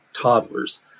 toddlers